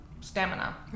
stamina